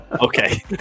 Okay